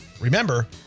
Remember